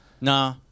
Nah